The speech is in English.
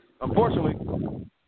unfortunately